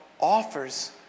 offers